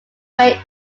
away